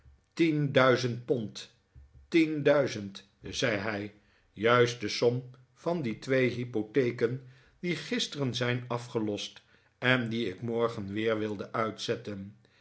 pond tien duizend zei hij juist de som van die twee hypotheken die gisteren zijn afgelost en die ik morgen weer wilde uitzetten